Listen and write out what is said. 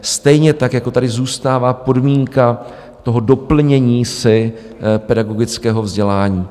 Stejně tak jako tady zůstává podmínka doplnění si pedagogického vzdělání.